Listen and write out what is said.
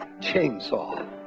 chainsaw